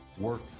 work